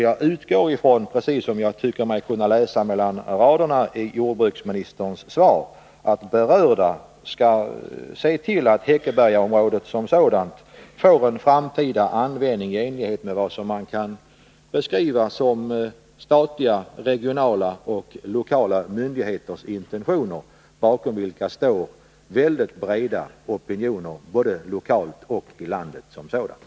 Jag utgår från att — jag tycker mig kunna läsa det mellan raderna i jordbruksministerns svar —de berörda skall se till att Häckebergaområdet får en framtida användning i enlighet med vad man kan beskriva som statliga, regionala och lokala myndigheters intentioner, bakom vilka står mycket breda opinioner både lokalt och på andra håll i landet.